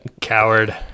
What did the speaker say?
Coward